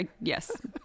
yes